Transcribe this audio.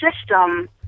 system